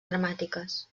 dramàtiques